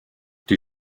die